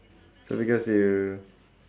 so because you